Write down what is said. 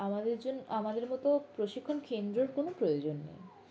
আমাদের জন্য আমাদের মতো প্রশিক্ষণ কেন্দ্রর কোনো প্রয়োজন নেই